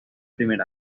primer